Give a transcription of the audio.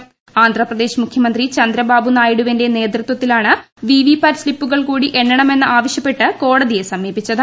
ഒരാഴ്ചക്കകം ആന്ധ്രാപ്രദേശ് മുഖ്യമന്ത്രി ചന്ദ്രബാബു നായിഡുവിന്റെ നേതൃത്വത്തിലാണ് വിവിപാറ്റ് സ്തിപ്പുകൾ കൂടി എണ്ണണമെന്ന് ആവശ്യപ്പെട്ട് കോടതിയെ സമീപിച്ചത്